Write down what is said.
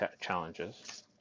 challenges